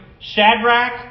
Shadrach